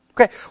Okay